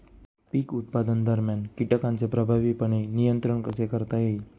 पीक उत्पादनादरम्यान कीटकांचे प्रभावीपणे नियंत्रण कसे करता येईल?